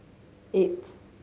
eight